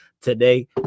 today